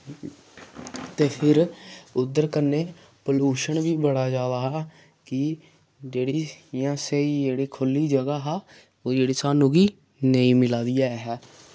ते फिर उद्धर कन्नै पोलुशन बी बड़ा जैदा हा कि जेह्ड़ी इयां स्हेई जेह्ड़ी खुह्ल्ली जगह् हा ओह् जेह्ड़ी साह्नूं कि नेईं मिलै दी ऐ है